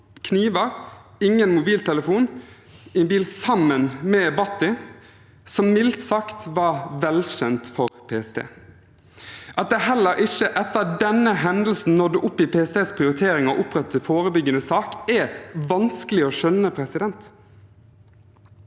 kniver, ingen mobiltelefon, i en bil sammen med Bhatti, som mildt sagt var velkjent for PST. At det heller ikke etter den hendelsen nådde opp i PSTs prioriteringer å opprette en forebyggende sak, er vanskelig å skjønne. Hvordan